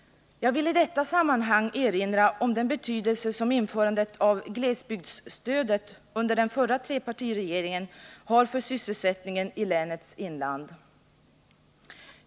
Jag vill i detta sammanhang erinra om den betydelse som införandet av glesbygdsstödet under den förra trepartiregeringen har för sysselsättningen i länets inland.